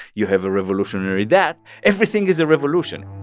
you have a revolutionary that. everything is a revolution.